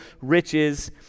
riches